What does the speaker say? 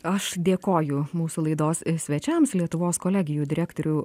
aš dėkoju mūsų laidos svečiams lietuvos kolegijų direktorių